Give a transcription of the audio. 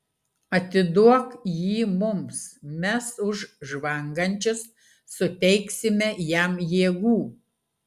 atiduok jį mums mes už žvangančius suteiksime jam jėgų